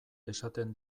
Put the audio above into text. esaten